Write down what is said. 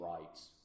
rights